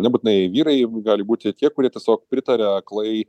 nebūtinai vyrai gali būti tie kurie tiesiog pritaria aklai